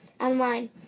online